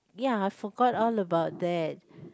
ya I forgot all about that